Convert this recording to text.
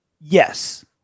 Yes